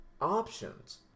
options